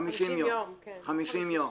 לא שזה דבר נכון שבעצם מי ייפגע?